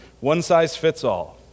one-size-fits-all